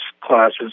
classes